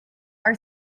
are